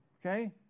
Okay